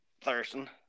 Thurston